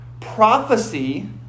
prophecy